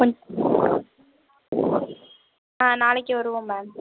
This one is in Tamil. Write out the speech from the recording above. கொஞ் ஆ நாளைக்கு வருவோம் மேம்